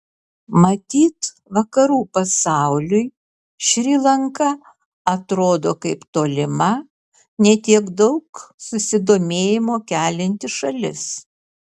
matyt vakarų pasauliui šri lanka atrodo kaip tolima ne tiek daug susidomėjimo kelianti šalis